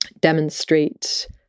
demonstrate